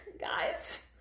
Guys